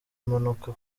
mpanuka